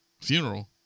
funeral